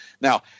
Now